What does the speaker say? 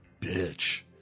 bitch